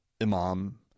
imam